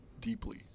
Deeply